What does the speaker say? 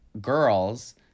girls